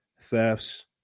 thefts